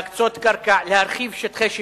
להקצות קרקע, להרחיב שטחי שיפוט,